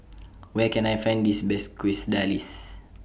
Where Can I Find This Best Quesadillas